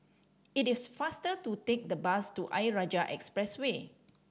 it is faster to take the bus to Ayer Rajah Expressway